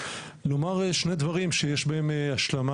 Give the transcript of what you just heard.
לומר שני דברים שיש בהם השלמה,